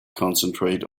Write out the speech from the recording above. concentrate